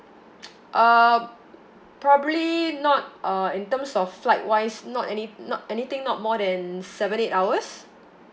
um probably not uh in terms of flight wise not any not anything not more than seven eight hours